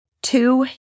Two